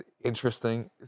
interesting